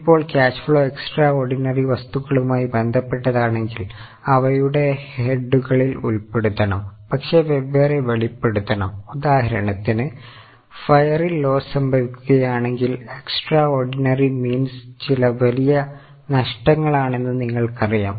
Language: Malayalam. ഇപ്പോൾ ക്യാഷ് ഫ്ലോ എക്സ്ട്രാ ഓർഡിനറി ചില വലിയ നഷ്ടങ്ങൾ ആണെന്ന് നിങ്ങൾക്കറിയാം